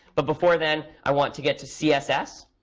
but before then, i want to get to css.